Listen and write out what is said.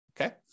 Okay